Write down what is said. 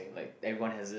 like everyone has it